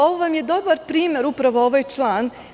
Ovo vam je dobar primer, upravo ovaj član.